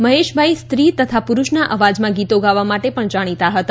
મહેશભાઈ સ્ત્રી તથા પુરુષના અવાજમાં ગીતો ગાવા માટે પણ જાણીતા હતા